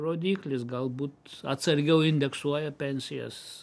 rodiklis galbūt atsargiau indeksuoja pensijas